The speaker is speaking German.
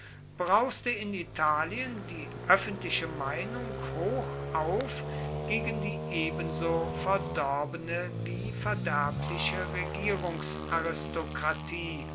brauste in italien die öffentliche meinung hoch auf gegen die ebenso verdorbene wie verderbliche